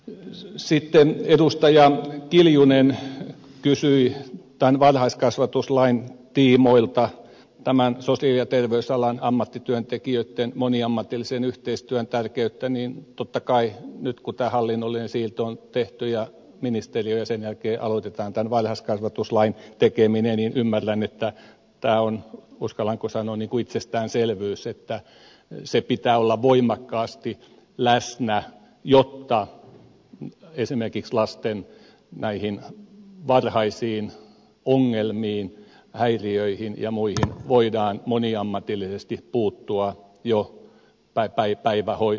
kun sitten edustaja kiljunen kysyi tämän varhaiskasvatuslain tiimoilta tämän sosiaali ja terveysalan ammattityöntekijöitten moniammatillisen yhteistyön tärkeyttä niin totta kai nyt kun tämä hallinnollinen siirto on tehty ja ministeriö ja sen jälkeen aloitetaan tämän varhaiskasvatuslain tekeminen niin ymmärrän että tämä on uskallanko sanoa itsestäänselvyys että sen pitää olla voimakkaasti läsnä jotta esimerkiksi lasten näihin varhaisiin ongelmiin häiriöihin ja muihin voidaan moniammatillisesti puuttua jo päivähoidossa